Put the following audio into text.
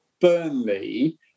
Burnley